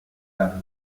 largo